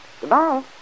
Goodbye